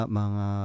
mga